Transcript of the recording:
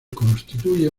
constituye